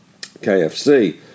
KFC